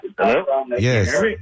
Yes